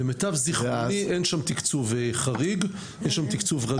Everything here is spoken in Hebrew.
למיטב זכרוני אין שם תקצוב חריג אלא תקצוב רגיל.